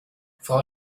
frau